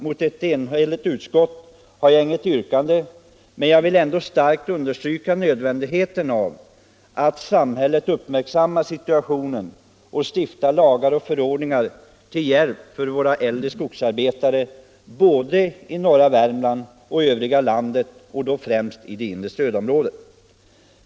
Mot ett enhälligt utskott har jag inget yrkande. Men jag vill ändock starkt understryka nödvändigheten av att samhället uppmärksammar situationen samt stiftar lagar och utfärdar förordningar till hjälp för våra äldre skogsarbetare både i norra Värmland och i övriga landet, främst då i det inre stödområdet.